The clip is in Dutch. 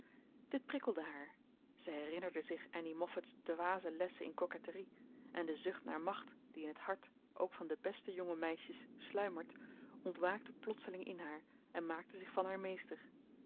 dit prikkelde haar ze herinnerde zich annie moffat's dwaze lessen in coquetterie en de zucht naar macht die in t hart ook van de beste jonge meisjes sluimert ontwaakte plotseling in haar en maakte zich van haar meester